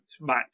match